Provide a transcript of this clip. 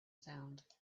sound